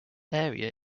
area